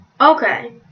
okay